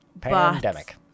Pandemic